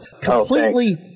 Completely